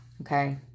Okay